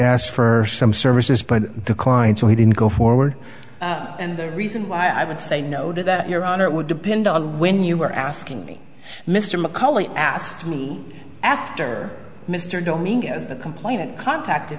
asked for some services but declined so he didn't go forward and the reason why i would say no to that your honor it would depend on when you were asking me mr mccully asked me after mr domi complaint contacted